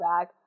back